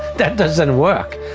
that doesn't work.